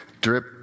drip